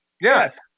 Yes